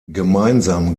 gemeinsam